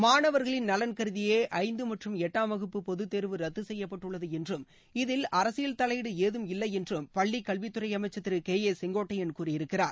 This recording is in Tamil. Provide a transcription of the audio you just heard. மாணவர்களின் நலன் கருதியே ஐந்து மற்றும் எட்டாம் வகுப்பு பொதுத்தேர்வு ரத்து செய்யப்பட்டுள்ளது என்றும் இதில் அரசியல் தலையீடு ஏதும் இல்லையென்றும் பள்ளி கல்வித்துறை அமைச்சர் திரு கே ஏ செங்கோட்டையன் கூறியிருக்கிறார்